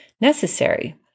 necessary